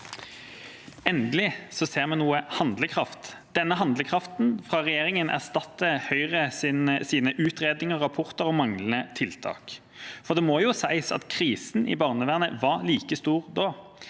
Endelig ser vi noe handlekraft. Denne handlekraften fra regjeringa erstatter Høyres utredninger, rapporter og manglende tiltak, for det må jo sies at krisen i barnevernet var like stor da.